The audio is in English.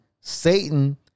Satan